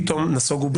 פתאום נסוגו.